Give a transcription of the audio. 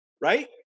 right